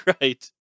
right